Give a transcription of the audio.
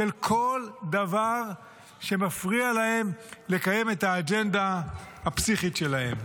של כל דבר שמפריע להם לקיים את האג'נדה הפסיכית שלהם.